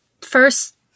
first